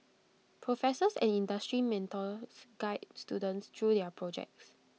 professors and industry mentors guide students through their projects